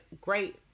great